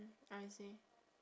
I see